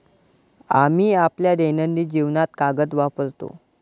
आम्ही आपल्या दैनंदिन जीवनात कागद वापरतो